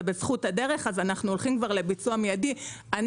בזכות הדרך אנחנו הולכים כבר לביצוע מידי.